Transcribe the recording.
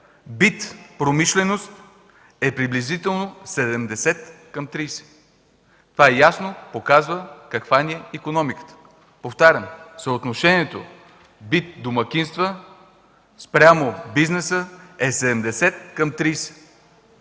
бит-промишленост е приблизително 70 към 30. Това ясно показва каква ни е икономиката. Повтарям, съотношението бит-домакинства спрямо бизнеса е 70 към 30.